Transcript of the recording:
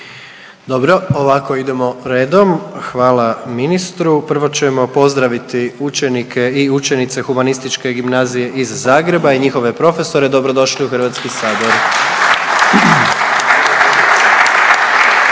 Dobro. Ovako idemo redom. Hvala ministru. Prvo ćemo pozdraviti učenike i učenice Humanističke gimnazije iz Zagreba i njihove profesore. Dobro došli u Hrvatski sabor.